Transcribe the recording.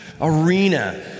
arena